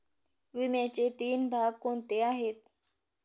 विम्याचे तीन भाग कोणते आहेत?